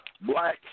Black